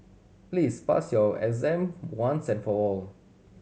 please pass your exam once and for all